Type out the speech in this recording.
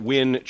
Win